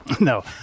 No